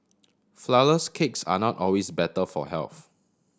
flourless cakes are not always better for health